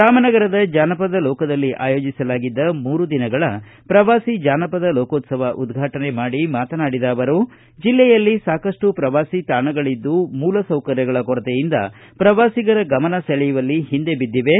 ರಾಮನಗರದ ಜಾನಪದ ಲೋಕದಲ್ಲಿ ಆಯೋಜಿಸಲಾಗಿದ್ದ ಮೂರು ದಿನಗಳ ಪ್ರವಾಸಿ ಜಾನಪದ ಲೋಕೋತ್ಸವ ಉದ್ಘಾಟನೆ ಮಾಡಿ ಮಾತನಾಡಿದ ಅವರು ಜಿಲ್ಲೆಯಲ್ಲಿ ಸಾಕಷ್ಟು ಪ್ರವಾಸಿ ತಾಣಗಳಿದ್ದು ಮೂಲಸೌಕರ್ಯಗಳ ಕೊರತೆಯಿಂದ ಪ್ರವಾಸಿಗರ ಗಮನಸೆಳೆಯುವಲ್ಲಿ ಹಿಂದೆ ಬಿದ್ದಿವೆ